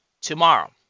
Tomorrow